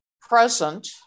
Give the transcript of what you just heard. present